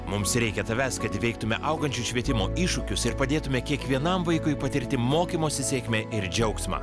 mums reikia tavęs kad įveiktume augančio švietimo iššūkius ir padėtume kiekvienam vaikui patirti mokymosi sėkmę ir džiaugsmą